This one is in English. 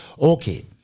Okay